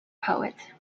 poet